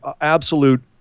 absolute